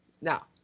Now